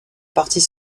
partie